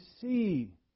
see